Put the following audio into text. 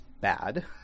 bad